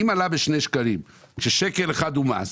אם עלה בשני שקלים, כששקל אחד הוא מס,